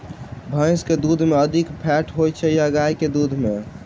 भैंस केँ दुध मे अधिक फैट होइ छैय या गाय केँ दुध में?